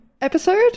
episode